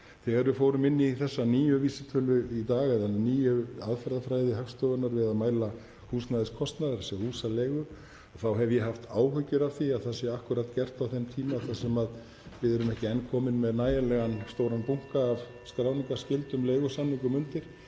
Þegar við förum inn í þessa nýju vísitölu í dag eða nýju aðferðafræði Hagstofunnar við að mæla húsnæðiskostnaðinn, þ.e. húsaleigu, þá hef ég áhyggjur af því að það sé akkúrat gert á þeim tíma þar sem við erum ekki enn komin með nægilega (Forseti hringir.) stóran bunka af skráningarskyldum leigusamningum undir,